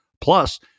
plus